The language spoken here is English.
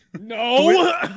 No